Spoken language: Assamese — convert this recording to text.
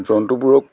জন্তুবোৰক